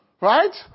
Right